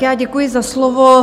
Já děkuji za slovo.